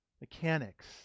mechanics